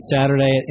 Saturday